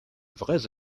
vrais